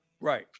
Right